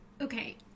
okay